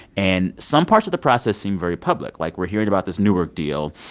and some parts of the process seem very public. like, we're hearing about this newark deal.